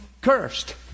Cursed